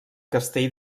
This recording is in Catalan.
castell